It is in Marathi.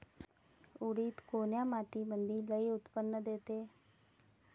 उडीद कोन्या मातीमंदी लई उत्पन्न देते?